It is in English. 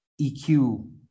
EQ